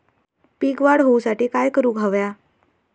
पीक वाढ होऊसाठी काय करूक हव्या?